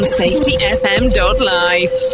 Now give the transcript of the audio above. safetyfm.live